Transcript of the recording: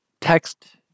text